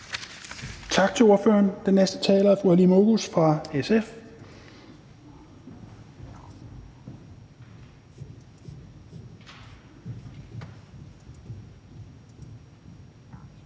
Tak til ordføreren. Den næste taler er fru Halime Oguz fra SF.